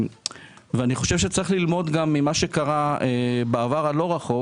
אני חושב שצריך ללמוד גם ממה שקרה בעבר הלא רחוק.